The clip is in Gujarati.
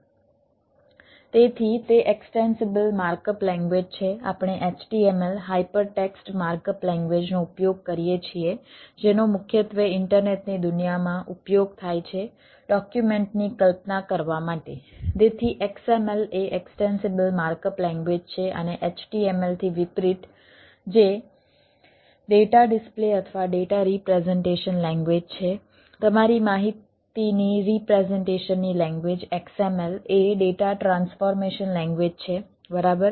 તેથી તે એક્સ્ટેન્સિબલ માર્કઅપ લેંગ્વેજ છે બરાબર